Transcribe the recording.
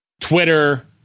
Twitter